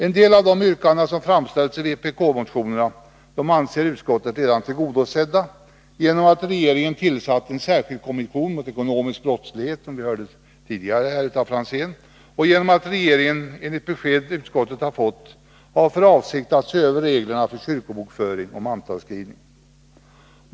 En del av de yrkanden som framställts i vpk-motionerna anser utskottet redan tillgodosedda genom att regeringen tillsatt en särskild kommission mot ekonomisk brottslighet, som vi hörde tidigare av Tommy Franzén, och genom att regeringen, enligt besked utskottet fått, har för avsikt att se över reglerna för kyrkobokföring och mantalsskrivning.